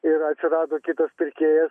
ir atsirado kitas pirkėjas